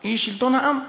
היא שלטון העם,